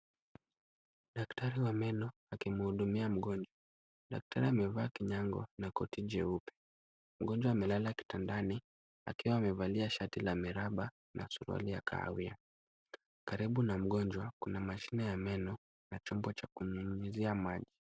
Daktari wa meno, akimhudumia mgonjwa. Daktari amevaa kinyango na koti jeupe. Mgonjwa amelala kitandani akiwa amevalia shati la miraba na suruali ya kahawia. Karibu na mgonjwa kuna mashine ya meno na chombo cha kunyunyizia maji.